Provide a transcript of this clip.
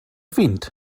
fint